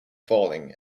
falling